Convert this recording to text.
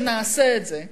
וכשנעשה את זה,